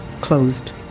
closed